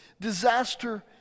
disaster